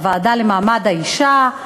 הוועדה למעמד האישה,